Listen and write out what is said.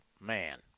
man